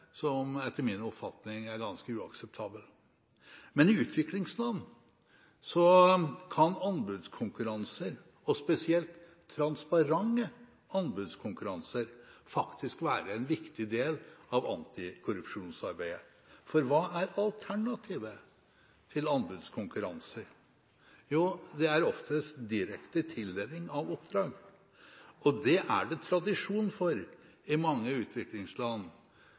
som etter min oppfatning er ganske uakseptabel, men i utviklingsland kan anbudskonkurranser – og spesielt transparente anbudskonkurranser – faktisk være en viktig del av antikorrupsjonsarbeidet. For hva er alternativet til anbudskonkurranser? Jo, det er oftest direkte tildeling av oppdrag. Det er det tradisjon for i mange utviklingsland,